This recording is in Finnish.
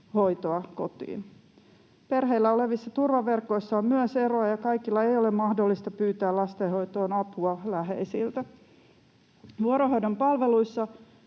hoitoa kotiin. Perheillä olevissa turvaverkoissa on myös eroja, ja kaikille ei ole mahdollista pyytää lastenhoitoon apua läheisiltä. Vuorohoidon palveluita